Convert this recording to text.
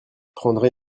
prendrai